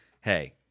Hey